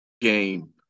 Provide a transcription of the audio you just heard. Game